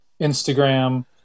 Instagram